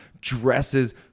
dresses